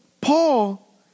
Paul